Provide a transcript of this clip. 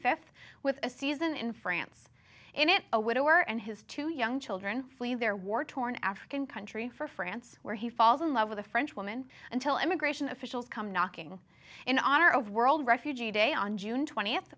fifth with a season in france in it a widower and his two young children flee their war torn african country for france where he falls in love with a french woman until immigration officials come knocking in honor of world refugee day on june twentieth